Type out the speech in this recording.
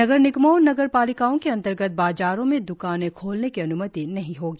नगर निगमों और नगर पालिकाओं के अंतर्गत बाजारों में द्कानें खोलने की अन्मति नहीं होगी